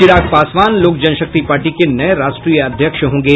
चिराग पासवान लोक जनशक्ति पार्टी के नये राष्ट्रीय अध्यक्ष होंगे